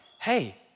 hey